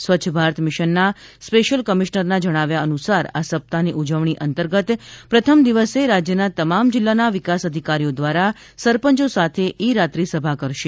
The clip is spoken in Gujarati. સ્વચ્છ ભારત મિશનના સ્પેશ્ચિલ કમિશનરના જણાવ્યા અનુસાર આ સપ્તાહની ઉજવણી અંતર્ગત પ્રથમ દિવસે રાજ્યના તમામ જિલ્લાના વિકાસ અધિકારીઓ દ્વારા સરપંચો સાથે ઇ રાત્રીસભા કરશે